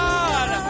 God